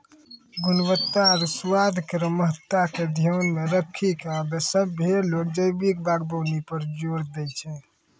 गुणवत्ता आरु स्वाद केरो महत्ता के ध्यान मे रखी क आबे सभ्भे लोग जैविक बागबानी पर जोर दै छै